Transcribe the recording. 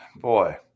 Boy